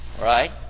Right